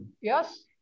Yes